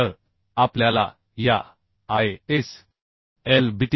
तर आपल्याला या IS LB